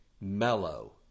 Mellow